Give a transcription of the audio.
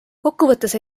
kokkuvõttes